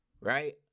right